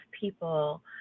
people